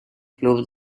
club